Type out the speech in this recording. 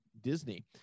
Disney